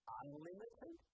unlimited